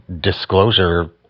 disclosure